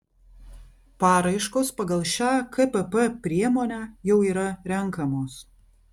paraiškos pagal šią kpp priemonę jau yra renkamos